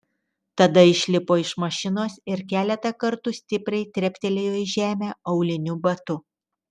tada išlipo iš mašinos ir keletą kartų stipriai treptelėjo į žemę auliniu batu